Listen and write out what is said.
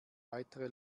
weitere